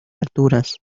alturas